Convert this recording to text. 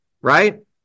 right